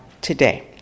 today